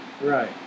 right